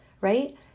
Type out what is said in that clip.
right